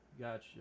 Gotcha